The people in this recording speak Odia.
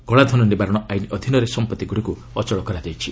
କଳାଧନ ନିବାରଣ ଆଇନ୍ ଅଧୀନରେ ସମ୍ପତ୍ତିଗୁଡ଼ିକୁ ଅଚଳ କରାଯାଇଛି